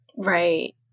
Right